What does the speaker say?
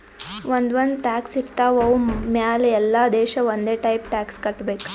ಒಂದ್ ಒಂದ್ ಟ್ಯಾಕ್ಸ್ ಇರ್ತಾವ್ ಅವು ಮ್ಯಾಲ ಎಲ್ಲಾ ದೇಶ ಒಂದೆ ಟೈಪ್ ಟ್ಯಾಕ್ಸ್ ಕಟ್ಟಬೇಕ್